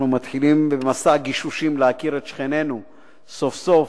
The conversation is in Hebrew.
שאנחנו מתחילים במסע גישושים להכיר את שכנינו סוף-סוף,